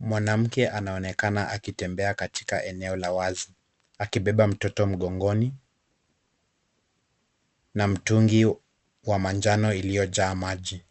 Mwanamke anaonekana akitembea katika eneo la wazi akibeba mtoto mgongoni na mtungi wa manjano iliyojaa maji.